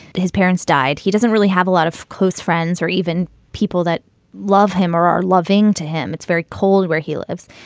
his parents died. he doesn't really have a lot of close friends or even people that love him or are loving to him. it's very cold where he lives.